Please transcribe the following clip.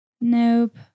Nope